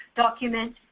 document,